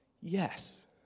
Yes